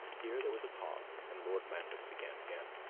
here there was a pause, and lord lambeth began again.